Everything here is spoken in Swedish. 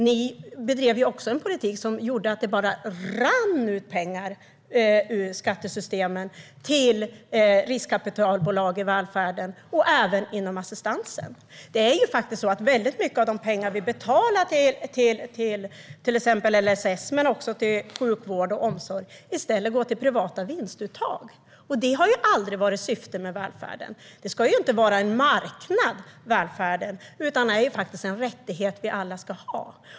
Ni bedrev också en politik som gjorde att det rann ut pengar ur skattesystemen till riskkapitalbolag i välfärden, även inom assistansen. Det är faktiskt så att väldigt mycket av de pengar vi betalar till exempel när det gäller LSS men också till sjukvård och omsorg går till privata vinstuttag, och det har aldrig varit syftet med välfärden. Välfärden ska inte vara en marknad, utan detta är en rättighet vi alla ska ha.